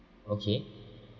okay